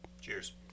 Cheers